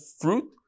fruit